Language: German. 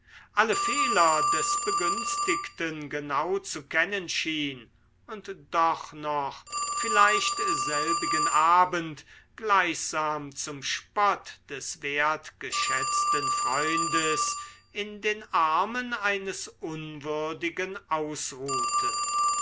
alle fehler des begünstigten genau zu kennen schien und doch noch vielleicht selbigen abend gleichsam zum spott des wertgeschätzten freundes in den armen eines unwürdigen ausruhte